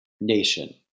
nation